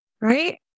right